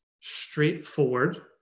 straightforward